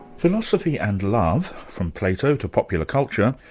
philosophy and love from plato to popular culture,